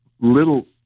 little